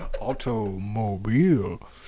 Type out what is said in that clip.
Automobile